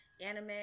anime